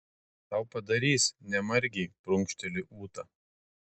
tau padarys ne margei prunkšteli ūta